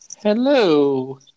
Hello